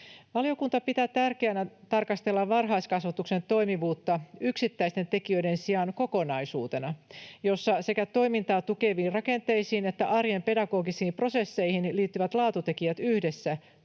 Valiokunta pitää tärkeänä tarkastella varhaiskasvatuksen toimivuutta yksittäisten tekijöiden sijaan kokonaisuutena, jossa sekä toimintaa tukeviin rakenteisiin että arjen pedagogisiin prosesseihin liittyvät laatutekijät yhdessä tuottavat